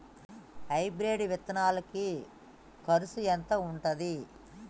Hybrid విత్తనాలకి కరుసు ఎంత ఉంటది?